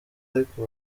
ariko